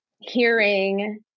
hearing